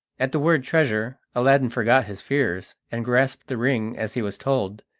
at the word treasure, aladdin forgot his fears, and grasped the ring as he was told,